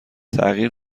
تغییر